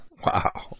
Wow